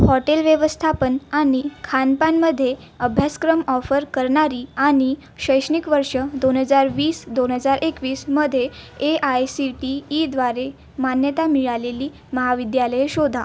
hotel व्यवस्थापन आणि खानपानमध्ये अभ्यासक्रम ऑफर करणारी आणि शैक्षणिक वर्ष दोन हजार वीस दोन हजार एकवीसमध्ये ए आय सी टी ईद्वारे मान्यता मिळालेली महाविद्यालये शोधा